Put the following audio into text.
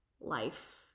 life